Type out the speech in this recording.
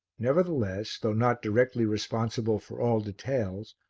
nevertheless, though not directly responsible for all details,